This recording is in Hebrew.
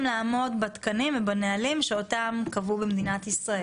לעמוד בתקנים ובנהלים שאותם קבעו במדינת ישראל.